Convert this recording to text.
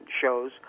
shows